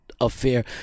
affair